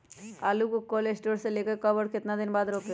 आलु को cold store से ले के कब और कितना दिन बाद रोपे?